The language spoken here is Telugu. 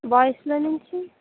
బాయ్స్లో నుంచి